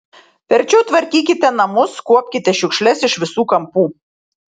verčiau tvarkykite namus kuopkite šiukšles iš visų kampų